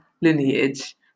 lineage